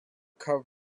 covered